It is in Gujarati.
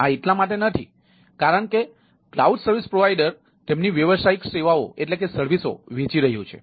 આ એટલા માટે નથી કારણ કે ક્લાઉડ સર્વિસ પ્રોવાઇડર તેમની વ્યવસાયિક સેવાઓ વેચી રહ્યું છે